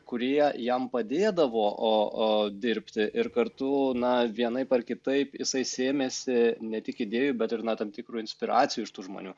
kurie jam padėdavo o o dirbti ir kartu na vienaip ar kitaip jisai sėmėsi ne tik idėjų bet ir na tam tikrų inspiracijų iš tų žmonių